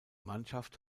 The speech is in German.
mannschaft